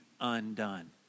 undone